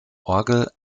orgel